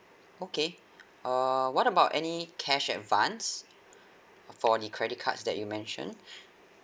okay err what about any cash advance for the credit cards that you mentioned